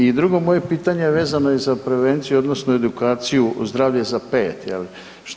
I drugo moje pitanje vezano je za prevenciju odnosno edukaciju Zdravlje za 5, je li?